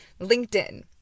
LinkedIn